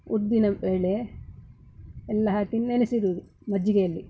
ಉದ್ದಿನಬೇಳೆ ಎಲ್ಲ ಹಾಕಿ ನೆನಸಿಡುವುದು ಮಜ್ಜಿಗೆಯಲ್ಲಿ